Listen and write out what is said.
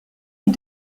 est